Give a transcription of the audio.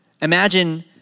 Imagine